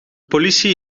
politie